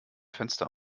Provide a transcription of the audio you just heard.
fenster